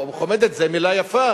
"חומדת" זו מלה יפה,